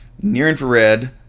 near-infrared